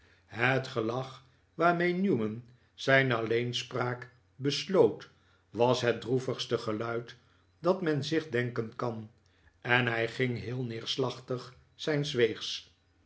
het gelach waarmee newman zijn alleenspraak besloot was het droevigste geluid dat men zich denken kan en hij ging heel neerslachtig zijns weegs